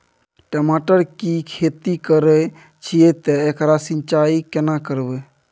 टमाटर की खेती करे छिये ते एकरा सिंचाई केना करबै?